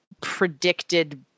predicted